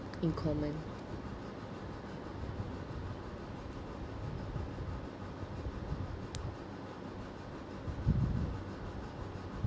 in common